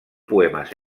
poemes